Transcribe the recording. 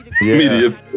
media